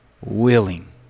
willing